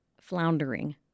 Floundering